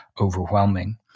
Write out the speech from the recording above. overwhelming